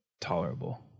tolerable